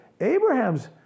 Abraham's